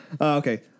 okay